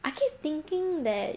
I keep thinking that